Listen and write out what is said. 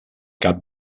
cap